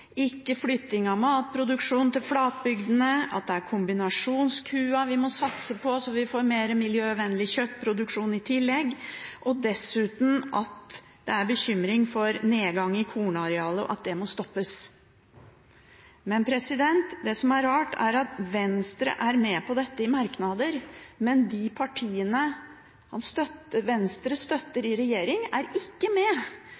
ikke flytting av matproduksjon til flatbygdene, at det er kombinasjonskua vi må satse på, slik at vi får mer miljøvennlig kjøttproduksjon i tillegg, og dessuten at det er bekymring for nedgang i kornarealet, og at det må stoppes. Men det som er rart, er at Venstre er med på dette i merknader, men de partiene Venstre støtter i regjering, er ikke med